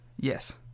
Yes